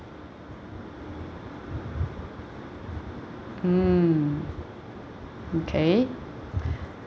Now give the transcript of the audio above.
mm mm K